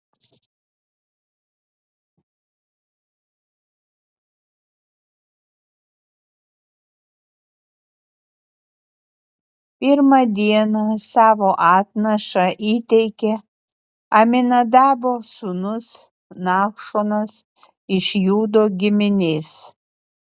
pirmą dieną savo atnašą įteikė aminadabo sūnus nachšonas iš judo giminės